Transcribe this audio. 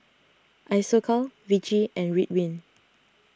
Isocal Vichy and Ridwind